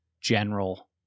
general